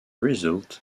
result